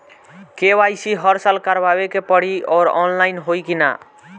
KYC हर साल करवावे के पड़ी और ऑनलाइन होई की ना?